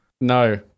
No